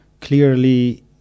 clearly